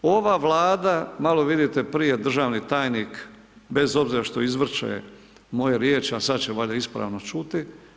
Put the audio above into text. Ova Vlada malo vidite prije državni tajnik bez obzira što izvrće moje riječi a sad će valjda ispravno čuti.